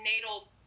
natal